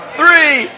three